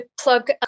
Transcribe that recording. plug